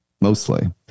mostly